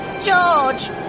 George